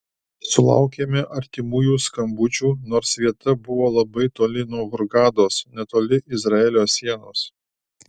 sulaukėme artimųjų skambučių nors vieta buvo labai toli nuo hurgados netoli izraelio sienos